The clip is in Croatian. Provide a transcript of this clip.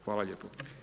Hvala lijepo.